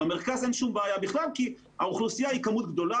במרכז אין שום בעיה בכלל כי האוכלוסייה היא גדולה,